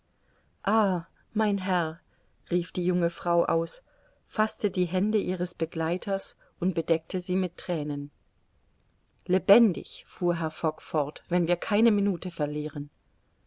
mein herr rief die junge frau aus faßte die hände ihres begleiters und bedeckte sie mit thränen lebendig fuhr herr fogg fort wenn wir keine minute verlieren